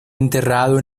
enterrado